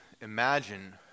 imagine